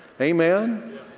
Amen